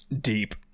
Deep